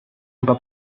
juba